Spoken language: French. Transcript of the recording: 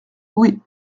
oui